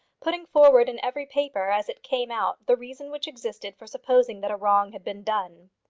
putting forward in every paper as it came out the reason which existed for supposing that a wrong had been done.